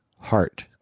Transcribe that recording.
heart